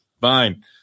Fine